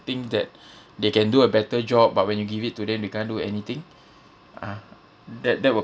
think that they can do a better job but when you give it to them they can't do anything ah that that will